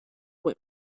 women